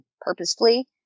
purposefully